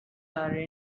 are